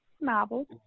novels